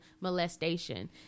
molestation